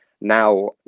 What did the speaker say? Now